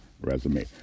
resume